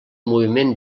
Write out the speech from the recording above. moviment